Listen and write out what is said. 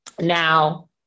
Now